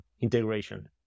integration